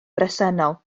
bresennol